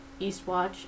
Eastwatch